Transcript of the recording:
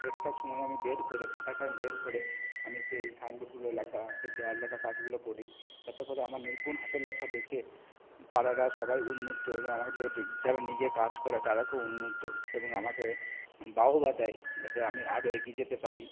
extra সময় আমি বের করে ফাঁকা টাইম বের করে আমি সেই সাইনবোর্ডগুলো লেখা সেই দেওয়াল লেখা কাজগুলো করি তাতে করে আমার নিপুণ হাতের লেখা দেখে পাড়ার সবাই উদবুদ্ধ এবং আমার যে যারা নিজে কাজ করে তারা খুব উদবুদ্ধ এবং আমাকে বাহবা দেয় যাতে আমি আরও এগিয়ে যেতে পারি